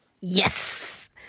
Yes